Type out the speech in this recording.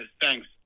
Thanks